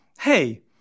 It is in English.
hey